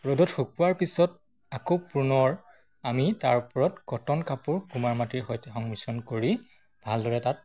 ৰ'দত শুকোৱাৰ পিছত আকৌ পুনৰ আমি তাৰ ওপৰত কটন কাপোৰ কুমাৰ মাটিৰ সৈতে সংমিশ্ৰণ কৰি ভালদৰে তাত